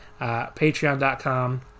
Patreon.com